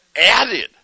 added